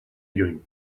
lluny